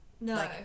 no